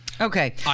Okay